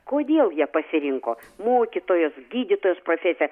kodėl jie pasirinko mokytojos gydytojos profesiją